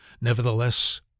Nevertheless